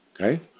Okay